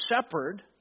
shepherd